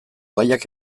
gaiak